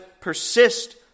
persist